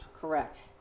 Correct